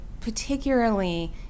particularly